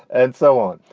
and so on.